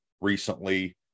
recently